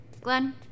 Glenn